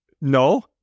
No